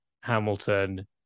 Hamilton